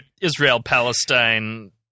Israel-Palestine